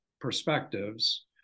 perspectives